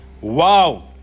Wow